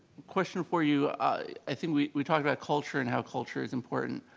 question for you. i think we we talked about culture and how culture is important.